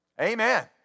Amen